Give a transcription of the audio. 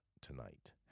tonight